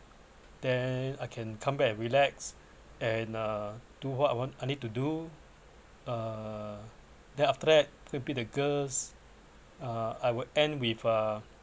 then I can come back and relax and uh do what I want I need to do uh then after that go and pick the girls I will end with uh